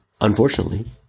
Unfortunately